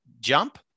jump